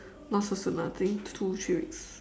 not so soon ah I think two three weeks